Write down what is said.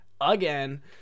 again